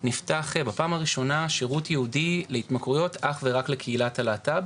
נפתח בפעם הראשונה שירות ייעודי להתמכרויות אך ורק לקהילת הלהט"ב,